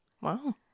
Wow